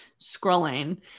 scrolling